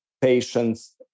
patients